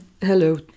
hello